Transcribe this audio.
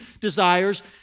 desires